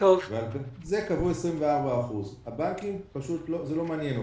על זה קבעו 24%. את הבנקים זה לא מעניין.